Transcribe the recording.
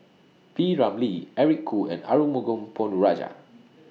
P Ramlee Eric Khoo and Arumugam Ponnu Rajah